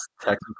Technically